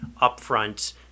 upfront